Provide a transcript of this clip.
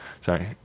sorry